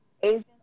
Asian